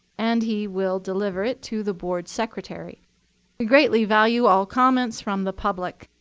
and he will deliver it to the board's secretary. we greatly value all comments from the public,